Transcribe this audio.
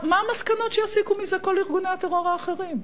מה המסקנות שיסיקו מזה כל ארגוני הטרור האחרים,